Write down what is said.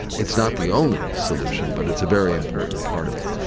it's not the only solution, but it's a very important part of it.